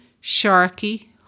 Sharkey